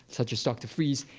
such as dr. freise,